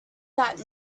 that